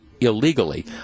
illegally